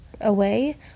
away